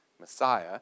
Messiah